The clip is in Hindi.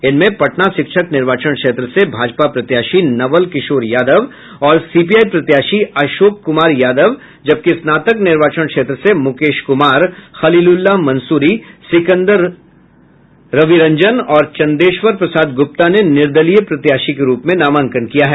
इनमें पटना शिक्षक निर्वाचन क्षेत्र से भाजपा प्रत्याशी नवल किशोर यादव और सीपीआई प्रत्याशी अशोक कुमार यादव जबकि स्नातक निर्वाचन क्षेत्र से मुकेश कुमार खलीलाउल्लाह मंसूरी सिकंदर रवि रंजन और चंदेश्वर प्रसाद गूप्ता ने निर्दलीय प्रत्याशी के रूप में नामांकन किया है